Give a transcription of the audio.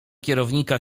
kierownika